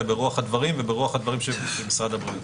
ברוח הדברים וברוח הדברים של משרד הבריאות.